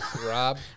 Rob